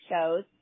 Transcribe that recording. shows